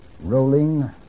rolling